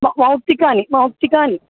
मौ मौक्तिकानि मौक्तिकानि